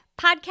Podcast